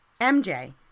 MJ